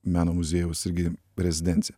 meno muziejaus irgi rezidencija